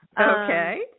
Okay